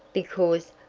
because,